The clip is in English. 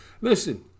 Listen